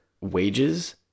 wages